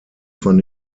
von